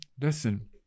listen